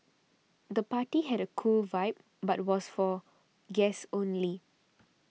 the party had a cool vibe but was for guests only